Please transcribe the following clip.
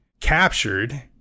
captured